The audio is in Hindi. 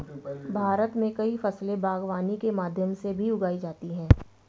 भारत मे कई फसले बागवानी के माध्यम से भी उगाई जाती है